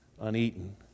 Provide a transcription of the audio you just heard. uneaten